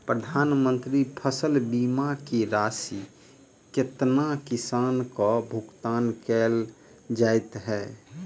प्रधानमंत्री फसल बीमा की राशि केतना किसान केँ भुगतान केल जाइत है?